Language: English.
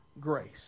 grace